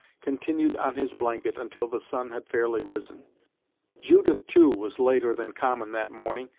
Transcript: continued on his blanket until the sun had fairly risen judith, too, was later than common that morning,